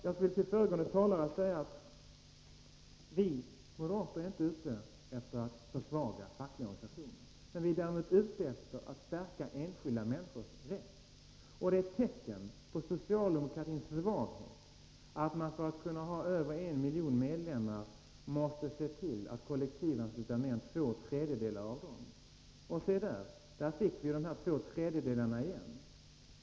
Jag vill till föregående talare säga att vi moderater inte är ute efter att försvaga fackliga organisationer. Vi är däremot ute efter att förstärka enskilda människors rätt. Det är ett tecken på socialdemokratins svaghet att man för att kunna ha över en miljon medlemmar måste se till att kollektivansluta mer än två tredjedelar av dem. Se där, där fick vi de två tredjedelarna igen.